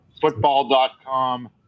football.com